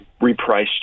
repriced